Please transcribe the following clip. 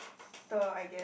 (duh) I guess